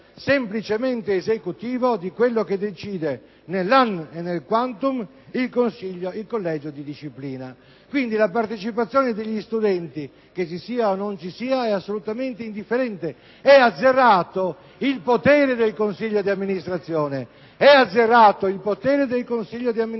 semplicemente esecutivo di quello che decide nell'*an* e nel *quantum* il collegio di disciplina. Quindi la partecipazione degli studenti, che ci sia o non ci sia, è assolutamente indifferente. *(Commenti della senatrice Adamo).* È azzerato il potere del consiglio d'amministrazione,